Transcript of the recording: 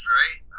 right